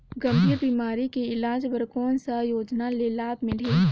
गंभीर बीमारी के इलाज बर कौन सा योजना ले लाभ मिलही?